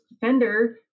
fender